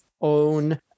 own